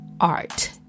art